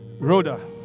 Rhoda